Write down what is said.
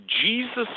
Jesus